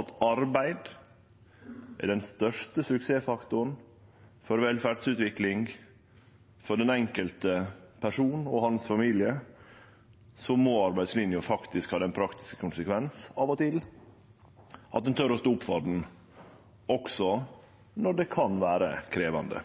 at arbeid er den største suksessfaktoren for velferdsutvikling for den enkelte person og hans familie, må arbeidslinja faktisk av og til ha den praktiske konsekvens at ein torer å stå opp for ho også når det kan vere krevjande.